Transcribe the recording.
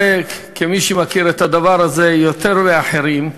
הרי כמי שמכיר את הדבר הזה יותר מאחרים,